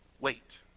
Wait